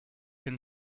can